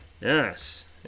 Yes